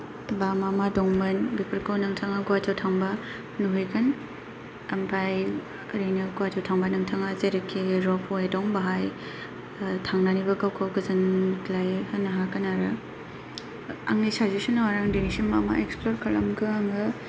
बा मा मा दंमोन बेफोरखौ नोंथांआ गहाटीयाव थांबा नुहैगोन ओम्फाय ओरैनो गहाटीयाव थांबा नोंथांआ जेरैखि रपवे दं बेहाय थांनानैबो गावखौ गोजोनग्लाय होनो हागोन आरो आंनि साजेसनाव आरो दिनैसिम आं मा मा एक्सप्लर खालामखो आङो